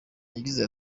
yagize